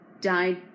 died